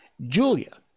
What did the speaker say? Julia